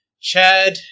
Chad